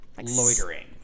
loitering